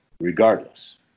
regardless